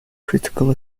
critical